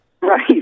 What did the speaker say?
Right